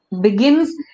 begins